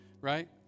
right